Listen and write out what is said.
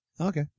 Okay